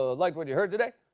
ah like what you heard today,